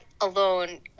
alone